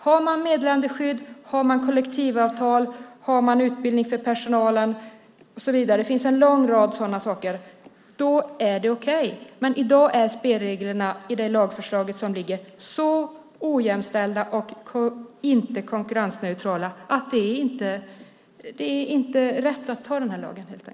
Har man meddelarskydd, kollektivavtal, utbildning för personalen och så vidare - det finns en lång rad sådana saker - är det okej. Men i dag är spelreglerna i det lagförslag som föreligger så ojämställda och inte konkurrensneutrala att det helt enkelt inte är rätt att anta den här lagen.